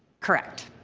correct.